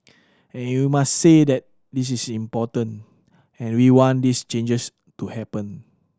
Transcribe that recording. and you must say that this is important and we want these changes to happen